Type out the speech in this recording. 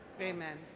Amen